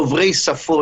והם דוברי שפות.